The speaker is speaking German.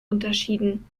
unterschieden